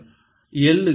dS Ma